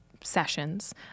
sessions